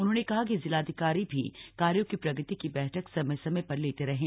उन्होंने कहा कि जिलाधिकारी भी कार्यों की प्रगति बैठक समय समय पर लेते रहें